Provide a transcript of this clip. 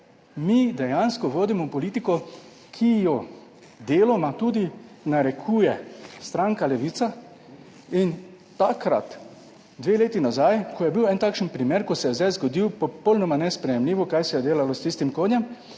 mi dejansko vodimo politiko, ki jo deloma tudi narekuje stranka Levica in takrat, dve leti nazaj, ko je bil en takšen primer, ko se je zdaj zgodil, popolnoma nesprejemljivo, kaj se je delalo s tistim konjem,